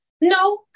No